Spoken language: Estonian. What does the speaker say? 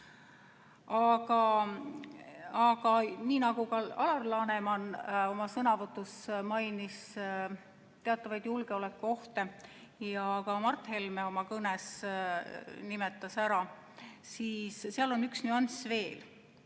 Aga nii nagu Alar Laneman oma sõnavõtus mainis teatavaid julgeolekuohte ja ka Mart Helme oma kõnes nimetas, et seal on üks nüanss veel.